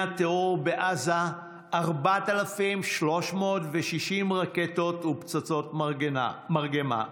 הטרור בעזה 4,360 רקטות ופצצות מרגמה.